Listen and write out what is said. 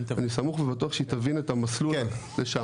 אני סמוך ובטוח שהיא תבין את המסלול לשם.